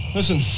Listen